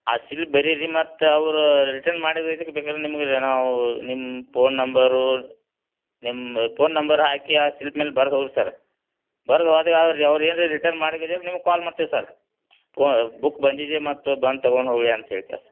ಆ ಸಿಲ್ಪ್ ಬರೀರಿ ಮತ್ತು ಅವರು ರಿಟನ್ ಮಾಡಿ ಬೇಕಾರೆ ನಿಮ್ಗೆ ನಾವು ನಿಮ್ಮ ಪೋನ್ ನಂಬರು ನಿಮ್ಮ ಪೋನ್ ನಂಬರ್ ಹಾಕಿ ಆ ಸಿಲ್ಪ್ ಮೇಲೆ ಬರ್ದು ಹೋಗ್ರಿ ಸರ್ರ ಬರ್ದು ಹೋದ್ರ್ ಅವ್ರು ಏನ್ರಿ ರಿಟನ್ ಮಾಡಿದ್ದಿದ್ರೆ ನಿಮ್ಗೆ ಕಾಲ್ ಮಾಡ್ತೀವಿ ಸರ್ ಪೋ ಬುಕ್ ಬಂದಿದೆ ಮತ್ತು ಬಂದು ತೊಗೊಂಡೋಗಿ ಅಂತ ಹೇಳ್ತಾರೆ